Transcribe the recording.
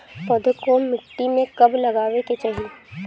पौधे को मिट्टी में कब लगावे के चाही?